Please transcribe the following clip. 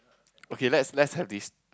okay let's let's heard this